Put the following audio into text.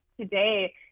today